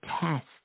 test